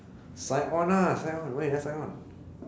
sign on lah sign on why you never sign on